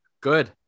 good